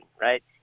right